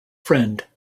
friend